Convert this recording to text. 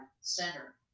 Center